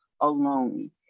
alone